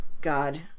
God